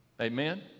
Amen